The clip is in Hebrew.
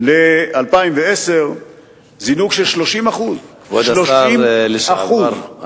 ב-2010 של 30% כבוד השר לשעבר,